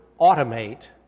automate